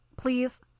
Please